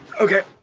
Okay